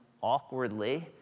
awkwardly